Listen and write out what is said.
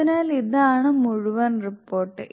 അതിനാൽ ഇതാണ് മുഴുവൻ റിപ്പോർട്ട്